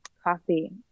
coffee